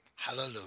Hallelujah